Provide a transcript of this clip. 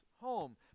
home